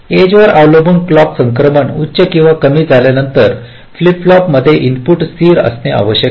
एजवर अवलंबून क्लॉक संक्रमणे उच्च किंवा कमी झाल्यानंतर फ्लिप फ्लॉपमध्ये इनपुट स्थिर असणे आवश्यक आहे